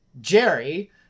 Jerry